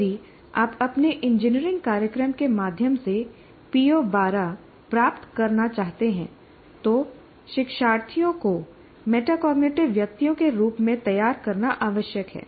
यदि आप अपने इंजीनियरिंग कार्यक्रम के माध्यम से पीओ 12 प्राप्त करना चाहते हैं तो शिक्षार्थियों को मेटाकॉग्निटिव व्यक्तियों के रूप में तैयार करना आवश्यक है